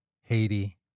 Haiti